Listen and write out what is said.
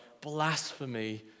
blasphemy